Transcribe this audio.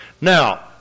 Now